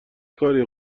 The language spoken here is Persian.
کاریه